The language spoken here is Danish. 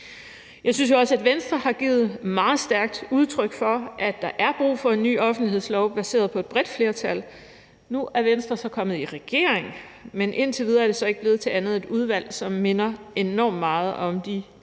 Jeg synes jo også, at Venstre har givet meget stærkt udtryk for, at der er brug for en ny offentlighedslov baseret på et bredt flertal. Nu er Venstre så kommet i regering, men indtil videre er det så ikke blevet til andet end et udvalg, som minder enormt meget om de